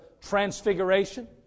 Transfiguration